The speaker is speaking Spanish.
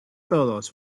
todos